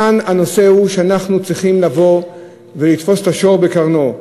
כאן הנושא הוא שאנחנו צריכים לתפוס את השור בקרניו.